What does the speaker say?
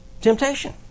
temptation